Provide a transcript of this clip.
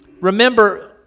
Remember